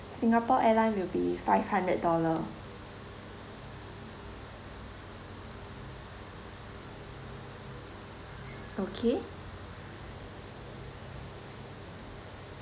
singapore airline will be five hundred dollar okay